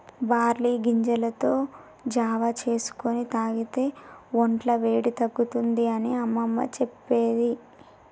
barley గింజలతో జావా చేసుకొని తాగితే వొంట్ల వేడి తగ్గుతుంది అని అమ్మమ్మ చెప్పేది